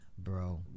Bro